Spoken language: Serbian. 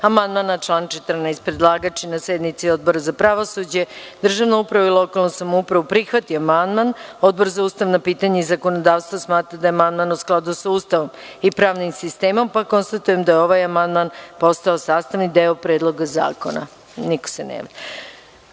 amandman na član 31.Predlagač je na sednici Odbora za pravosuđe, državnu upravu i lokalnu samoupravu prihvatio amandman. Odbor za ustavna pitanja i zakonodavstvo smatra da je amandman u skladu sa Ustavom i pravnim sistemom. Konstatujem da je ovaj amandman postao sastavni deo Predloga zakona. Da li želi